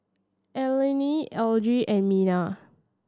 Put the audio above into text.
Allene Elige and Minna